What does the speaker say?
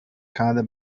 kinda